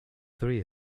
three